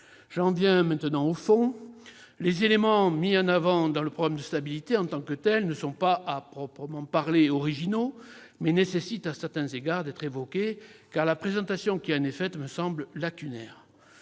J'en viens maintenant au fond. En tant que tels, les éléments mis en avant dans le programme de stabilité ne sont pas à proprement parler originaux, mais ils méritent à certains égards d'être évoqués, car la présentation qui en est faite me semble lacunaire.